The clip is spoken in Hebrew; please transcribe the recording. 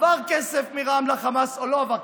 עבר כסף מרע"מ לחמאס או לא עבר כסף.